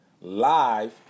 live